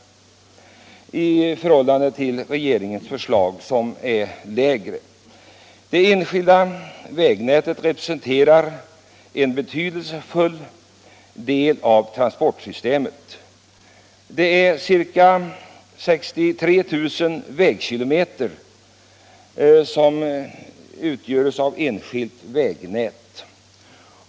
Enligt regeringens förslag skulle anslaget bli lägre. Ca 63 000 vägkilometer utgörs av enskilt vägnät.